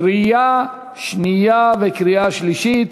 לקריאה שנייה וקריאה שלישית.